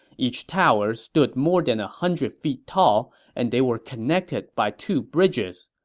each tower stood more than a hundred feet tall and they were connected by two bridges,